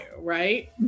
right